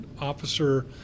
officer